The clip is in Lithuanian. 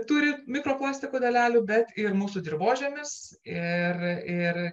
turi mikroplasto dalelių bet ir mūsų dirvožemis ir ir